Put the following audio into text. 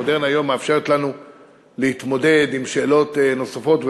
המודרנה היום מאפשרת לנו להתמודד עם שאלות נוספות,